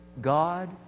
God